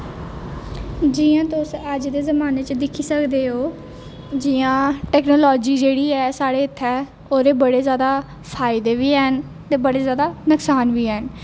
जियां तुस अज्ज दे जमान्ने च दिक्खी सकदे ओ जियां टैकनालजी जेह्ड़ी ऐ साढ़े इत्थें ओह्दे बड़े जादा फायदे बी हैन ते बड़े जादा नकसान बी हैन